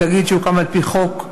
תאגיד שהוקם על-פי חוק,